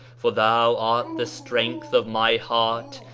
for thou art the strength of my heart,